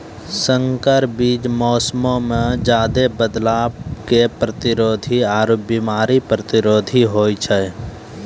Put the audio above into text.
संकर बीज मौसमो मे ज्यादे बदलाव के प्रतिरोधी आरु बिमारी प्रतिरोधी होय छै